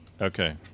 Okay